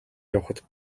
явахад